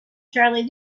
charley